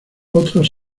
otros